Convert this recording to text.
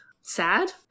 sad